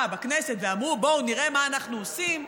בכנסת ואמרו: בואו נראה מה אנחנו עושים.